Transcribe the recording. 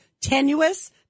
tenuous